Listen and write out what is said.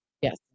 Yes